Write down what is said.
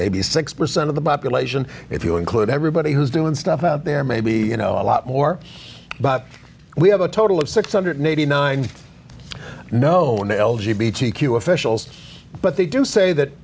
maybe six percent of the population if you include everybody who's doing stuff out there maybe you know a lot more but we have a total of six hundred and eighty nine dollars known l g b g q officials but they do say that